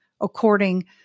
according